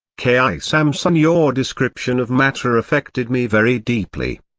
k i. samsun your description of matter affected me very deeply.